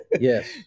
yes